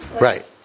Right